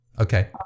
Okay